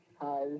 Hi